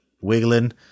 wiggling